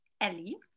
ellie